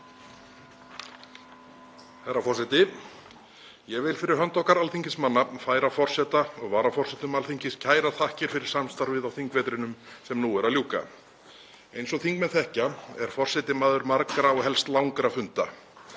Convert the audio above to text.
Herra forseti. Ég vil fyrir hönd okkar alþingismanna færa forseta og varaforsetum Alþingis kærar þakkir fyrir samstarfið á þingvetrinum sem nú er að ljúka. Eins og þingmenn þekkja er forseti maður margra og helst langra funda.